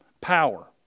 power